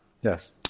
Yes